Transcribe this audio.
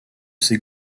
ces